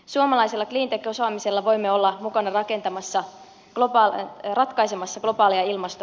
suomalaisella cleantech osaamisella voimme olla mukana ratkaisemassa globaaleja ilmastohaasteita